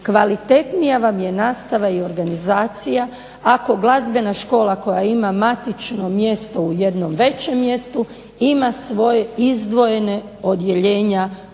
Kvalitetnija vam je nastava i organizacija ako glazbena škola koja ima matično mjesto u jednom većem mjestu ima svoja izdvojena odjeljenja u manjim